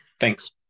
thanks